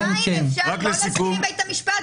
--- כדאי שנזכור כולנו כחברי כנסת,